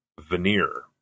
veneer